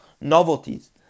novelties